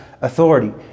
authority